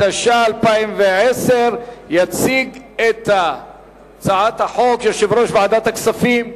התש"ע 2010. יציג את הצעת החוק יושב-ראש ועדת הכספים,